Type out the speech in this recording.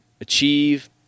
achieve